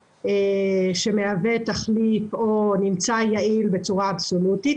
שמהווה תחליף או נמצא יעיל בצורה אבסולוטית,